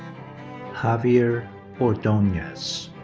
javier ordonez.